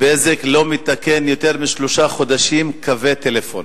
"בזק" לא מתקן יותר משלושה חודשים קווי טלפון